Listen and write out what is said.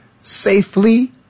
safely